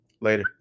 later